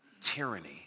tyranny